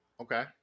Okay